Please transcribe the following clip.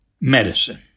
medicine